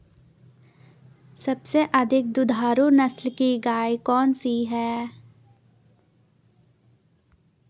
सबसे अधिक दुधारू नस्ल की गाय कौन सी है?